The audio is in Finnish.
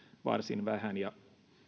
varsin vähän ja